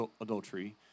adultery